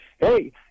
hey